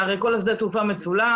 הרי כל שדה התעופה מצולם,